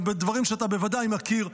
בדברים שאתה בוודאי מכיר.